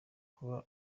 kuba